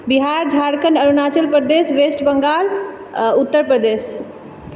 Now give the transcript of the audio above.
Bihar Jharkhand Arunachal Pradesh West Bengal आ उत्तर प्रदेश